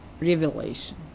revelation